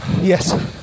Yes